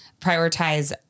prioritize